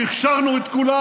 כי הכשרנו את כולם.